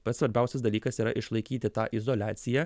pats svarbiausias dalykas yra išlaikyti tą izoliaciją